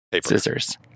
scissors